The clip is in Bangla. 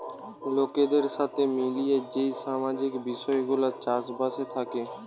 লোকদের সাথে মিলিয়ে যেই সামাজিক বিষয় গুলা চাষ বাসে থাকে